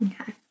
Okay